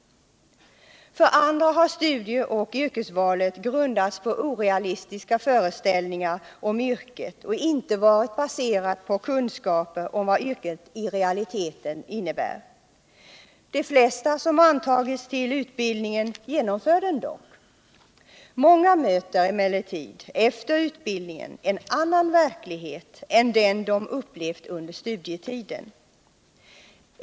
För andra har studie och yrkesvalet grundats på orealistiska föreställningar om yrket och inte varit baserat på kunskaper om vad yrket i realiteten innebär. De flesta som antagits till utbildningen genomför den dock. Många möter Nr 151 emellertid efter utbildningen en annan verklighet än den de upplevt under Onsdagen den studietiden.